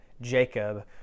Jacob